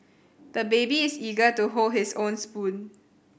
the baby is eager to hold his own spoon